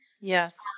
yes